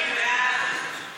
ההסתייגות (6)